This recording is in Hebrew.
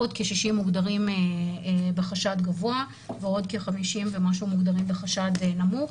עוד כ-60 מוגדרים בחשד גבוה ועוד כ-50 ומשהו מוגדרים בחשד נמוך.